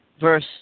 Verse